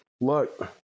Look